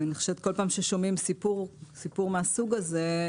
כל פעם כששומעים סיפור מהסוג הזה,